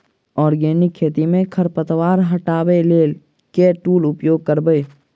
Organic खेती मे खरपतवार हटाबै लेल केँ टूल उपयोग करबै?